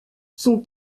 son